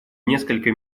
несколько